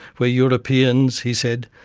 where europeans, he said,